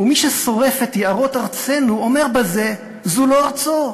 ומי ששורף את יערות ארצנו אומר בזה שזו לא ארצו,